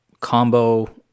combo